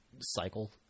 cycle